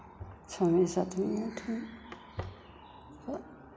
छवीं सातवें आठवें